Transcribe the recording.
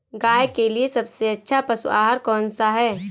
गाय के लिए सबसे अच्छा पशु आहार कौन सा है?